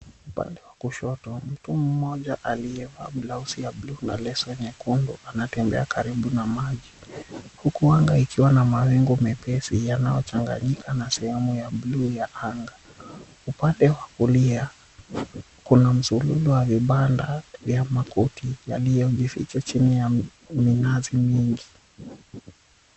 Upande wa kushoto mtu mmoja aliyevaa blauzi ya buluu na leso nyekundu anatembea karibu na maji huku anga ikiwa na mawingu mepesi yanayochanganyika na sehemu ya buluu ya anga. Upande wa kulia kuna msururu wa vibanda vya makuti yaliyojificha chini ya minazi mingi.